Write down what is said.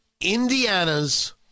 Indiana's